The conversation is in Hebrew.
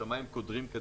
כשהשמיים קודרים,